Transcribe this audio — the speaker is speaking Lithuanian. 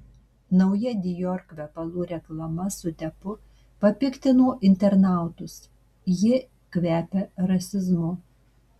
nauja dior kvepalų reklama su deppu papiktino internautus jie kvepia rasizmu